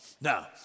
Now